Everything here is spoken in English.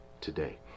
today